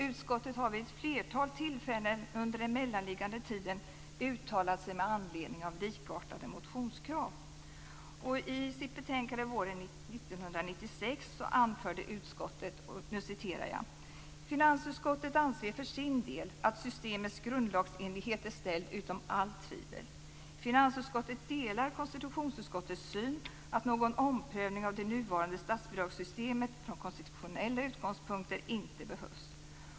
Utskottet har vid ett flertal tillfällen under den mellanliggande tiden uttalat sig med anledning av likartade motionskrav. I sitt betänkande våren 1996 anförde utskottet: "Finansutskottet anser för sin del att systemets grundlagsenlighet är ställd utom allt tvivel. Finansutskottet delar konstitutionsutskottets syn att någon omprövning av det nuvarande statsbidragssystemet från konstitutionella utgångspunkter inte behövs."